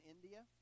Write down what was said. India